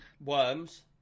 Worms